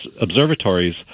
observatories